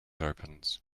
opens